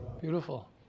beautiful